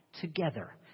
together